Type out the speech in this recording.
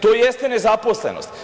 To jeste nezaposlenost.